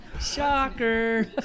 Shocker